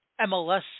MLS